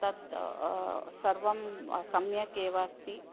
तद् सर्वं सम्यक् एव अस्ति